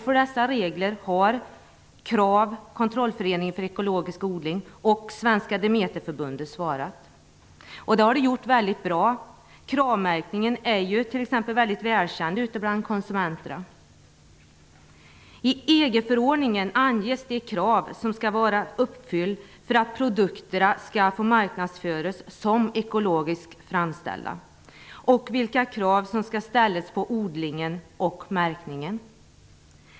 För dessa regler har KRAV, kontrollorganisationen för ekologisk odling, och Svenska Demeterförbundet svarat. Det har de gjort väldigt bra. KRAV-märkningen är t.ex. välkänd bland konsumenterna. I EG-förordningen anges de krav som skall vara uppfyllda för att produkterna skall få marknadsföras som ekologiskt framställda och vilka krav som skall ställas på odlingen och märkningen.